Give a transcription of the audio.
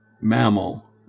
mammal